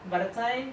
by the time